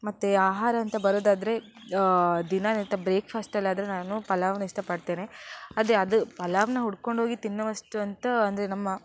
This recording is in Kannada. ಮತ್ತು ಆಹಾರ ಅಂತ ಬರೋದಾದ್ರೆ ದಿನನಿತ್ಯ ಬ್ರೇಕ್ಫಾಸ್ಟಲ್ಲಾದರೆ ನಾನು ಪಲಾವ್ನ ಇಷ್ಟಪಡ್ತೇನೆ ಆದರೆ ಅದು ಪಲಾವ್ನ ಹುಡ್ಕೊಂಡು ಹೋಗಿ ತಿನ್ನೋವಷ್ಟು ಅಂತೂ ಅಂದರೆ ನಮ್ಮ